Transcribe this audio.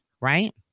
Right